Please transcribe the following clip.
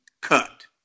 cut